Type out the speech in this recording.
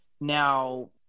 Now